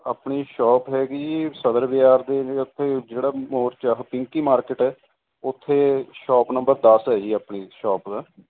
ਆਪਣੀ ਸ਼ੋਪ ਹੈਗੀ ਸਦਰ ਬਜਾਰ ਦੇ ਉੱਤੇ ਜਿਹੜਾ ਮੋਰਚਾ ਪਿੰਕੀ ਮਾਰਕੀਟ ਹ ਉੱਥੇ ਸ਼ੌਪ ਨੰਬਰ ਦਸ ਹੈ ਜੀ ਆਪਣੀ ਸ਼ੋਪ ਦਾ